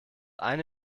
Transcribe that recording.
eine